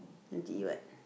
then to eat what